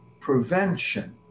prevention